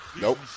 Nope